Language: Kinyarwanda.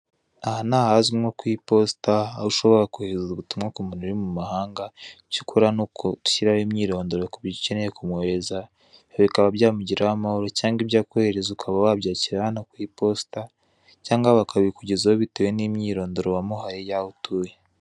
Aha ni ahazwi nko ku iposita aho ushobora kohereza ubutumwa ku muntu uri mu mahanga, icyo ukora ni uko ugushyiraho imyirondoro ku bintu ukeneye kumwoherereza bikaba byamugeraho amahoro cyangwa ibyo akoherereza ukaba wabyakira hano ku iposita, cyangwa bakabikugezho bitewe n'imyirondoro wamuha ye y'aho utuye.